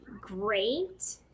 Great